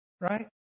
right